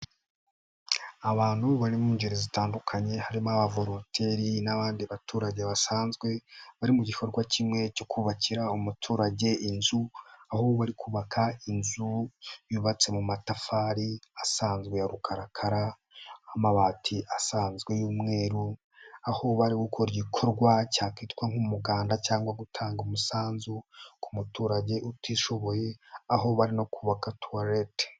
Abantu bari mu ngeri zitandukanye harimo abavolonteri n'abandi baturage basanzwe bari mu gikorwa kimwe cyo kubakira umuturage inzu, aho bari kubaka inzu yubatse mu matafari asanzwe ya rukarakara, amabati asanzwe y'umweru, aho bari gukora igikorwa cyakitwa nk'umuganda cyangwa gutanga umusanzu ku muturage utishoboye, aho bari no kubaka tuwalete.